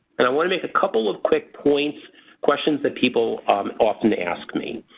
and i want to make a couple of quick points questions that people often ask me.